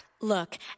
Look